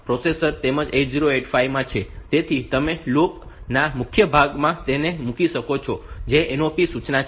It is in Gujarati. તેથી તમે લૂપ ના મુખ્ય ભાગમાં તેને મૂકી શકો છો જે NOP સૂચના છે